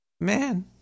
Man